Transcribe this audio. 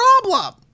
problem